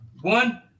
one